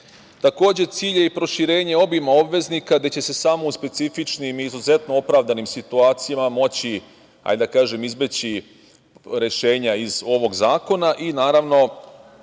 cilj je i proširenje obima obveznika gde će se samo u specifičnim i izuzetno opravdanim situacijama moći izbeći rešenja iz ovog zakona i naravno,